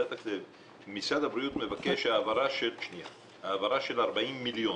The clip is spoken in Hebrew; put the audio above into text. משרד הבריאות מבקש של 40 מיליון.